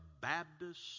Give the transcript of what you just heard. Baptist